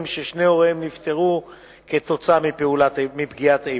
ששני הוריהם נפטרו כתוצאה מפגיעת איבה,